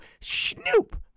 Snoop